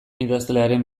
idazlearen